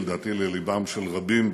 ולדעתי ללבם של רבים,